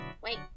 Wait